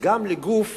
וגם גוף